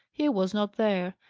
he was not there.